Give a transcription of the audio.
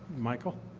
michael?